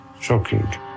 shocking